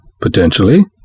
potentially